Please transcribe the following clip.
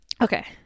Okay